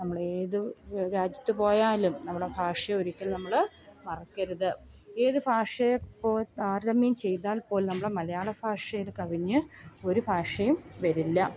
നമ്മളേതു രാജ്യത്തു പോയാലും നമ്മുടെ ഭാഷ ഒരിക്കലും നമ്മൾ മറക്കരുത് ഏതു ഭാഷയെ പോൽ താരതമ്യം ചെയ്താൽ പോലും നമ്മുടെ മലയാള ഭാഷയിൽ കവിഞ്ഞ് ഒരു ഭാഷയും വരില്ല